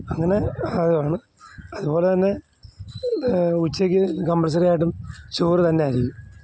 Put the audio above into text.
അങ്ങനെ അതാണ് അതുപോലെത്തന്നെ ഉച്ചയ്ക്ക് കമ്പല്സറിയായിട്ടും ചോറ് തന്നെയായിരിക്കും